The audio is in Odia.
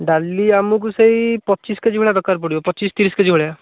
ଡାଲି ଆମକୁ ସେଇ ପଚିଶ କେଜି ଭଳିଆ ଦରକାର ପଡ଼ିବ ପଚିଶ ତିରିଶ କେଜି ଭଳିଆ